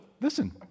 listen